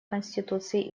конституции